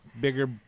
Bigger